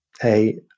hey